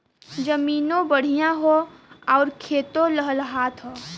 जमीनों बढ़िया हौ आउर खेतो लहलहात हौ